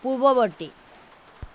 পূৰ্ৱৱৰ্তী